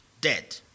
dead